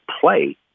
play